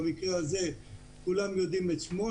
במקרה הזה כולם יודעים את שמו,